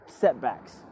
setbacks